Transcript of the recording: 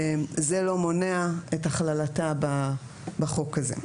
זה לא מונע את הכללתה בחוק הזה.